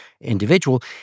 individual